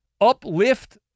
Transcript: uplift